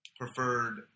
preferred